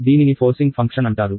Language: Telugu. దీనిని ఫోర్సింగ్ ఫంక్షన్ అంటారు